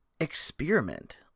experiment